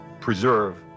preserve